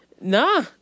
Nah